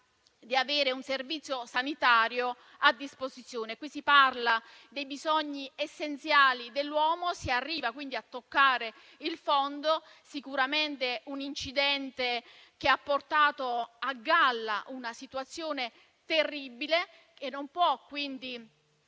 di avere un servizio sanitario a disposizione. Qui si parla dei bisogni essenziali dell'uomo e si arriva a toccare il fondo. Sicuramente questo incidente ha portato a galla una situazione terribile, e questa